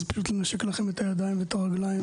אז פשוט לנשק לכם את הידיים ואת הרגליים